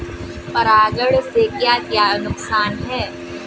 परागण से क्या क्या नुकसान हैं?